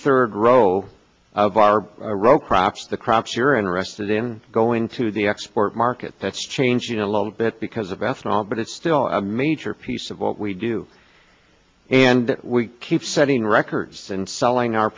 third row of our row crops the crops you're interested in going to the export market that's changing a little bit because of ethanol but it's still a major piece of what we do and we keep setting records and selling our